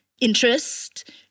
interest